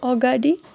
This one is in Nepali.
अगाडि